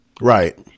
Right